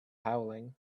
howling